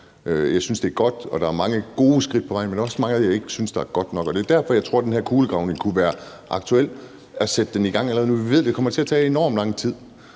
Jeg synes, det er godt, og der er mange gode skridt på vejen, men også meget, jeg ikke synes er godt nok. Det er derfor, jeg tror, det kunne være aktuelt at sætte den her kulegravning i gang allerede nu. Vi ved, det kommer til at tage enormt lang tid.